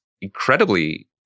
incredibly